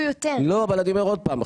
לא אבל אני אומר עוד פעם,